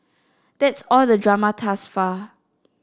that's all the drama thus far